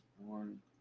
born